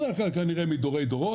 בדרך כלל כנראה מדורי דורות,